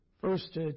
First